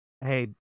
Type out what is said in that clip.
Hey